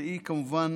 שהיא כמובן